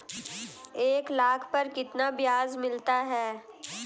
एक लाख पर कितना ब्याज मिलता है?